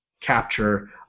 capture